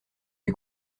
lui